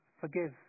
forgive